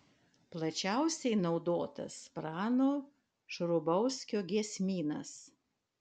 plačiausiai naudotas prano šrubauskio giesmynas